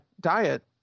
diet